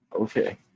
okay